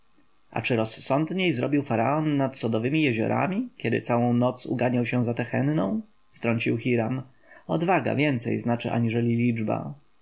a czy rozsądniej zrobił faraon nad sodowemi jeziorami kiedy całą noc uganiał się za tehenną wtrącił hiram odwaga więcej znaczy aniżeli liczba